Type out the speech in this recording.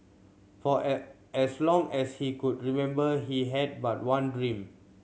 for as long as he could remember he had but one dream